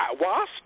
WASP